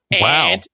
Wow